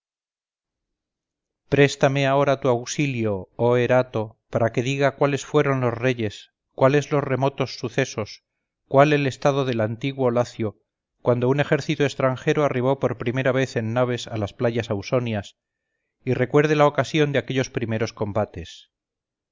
préstame ahora tu auxilio oh erato para que diga cuáles fueron los reyes cuáles los remotos sucesos cuál el estado del antiguo lacio cuando un ejército extranjero arribó por primera vez en naves a las playas ausonias y recuerde la ocasión de aquellos primeros combates